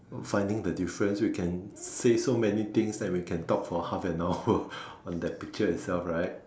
finding the difference we can say so many things that we can talk for half an hour on that picture itself right